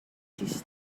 system